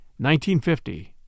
1950